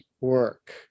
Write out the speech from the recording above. work